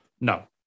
No